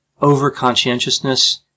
over-conscientiousness